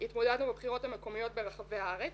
התמודדנו בבחירות המקומיות ברחבי הארץ.